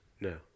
No